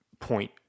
point